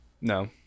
No